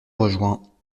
rejoint